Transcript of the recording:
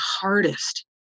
hardest